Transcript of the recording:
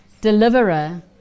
deliverer